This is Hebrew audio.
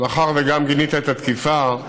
מאחר שגם גינית את התקיפה,